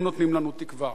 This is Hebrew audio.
לא נותנים לנו תקווה.